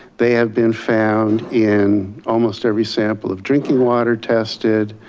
they have been found in almost every sample of drinking water tested,